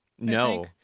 No